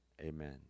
amen